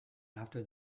after